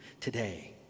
today